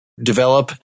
develop